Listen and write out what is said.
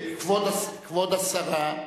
כבוד השרה,